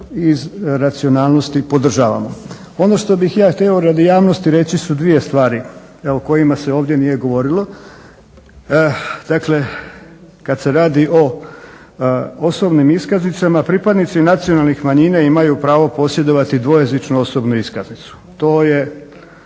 iz racionalnosti podržavamo. Ono što bih ja hteo radi javnosti reći su dvije stvari, evo o kojima se ovdje nije govorilo. Dakle, kad se radi o osobnim iskaznicama pripadnici nacionalnih manjina imaju pravo posjedovati dvojezičnu osobnu iskaznicu. To je